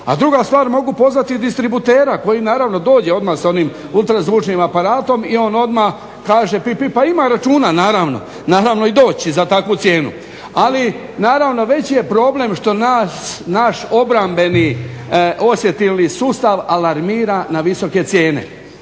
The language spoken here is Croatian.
A druga stvar, mogu pozvati distributera koji naravno dođe odmah sa onim ultrazvučnim aparatom i on odmah kaže bip-bip pa ima računa naravno. Naravno i doći će za takvu cijenu. Ali naravno veći je problem što nas naš obrambeni osjetilni sustav alarmira na visoke cijene.